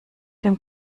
dem